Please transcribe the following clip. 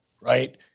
Right